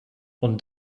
und